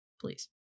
please